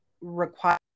require